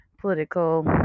political